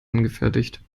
angefertigt